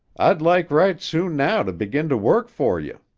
i'd like right soon now to begin to work for you.